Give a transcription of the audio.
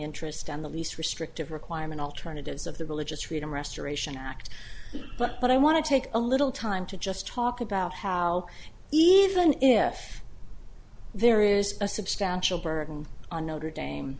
interest and the least restrictive requirement alternatives of the religious freedom restoration act but i want to take a little time to just talk about how even if there is a substantial burden on notre dame